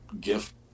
gift